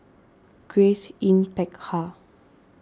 Grace Yin Peck Ha